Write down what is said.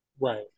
Right